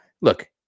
look